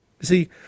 See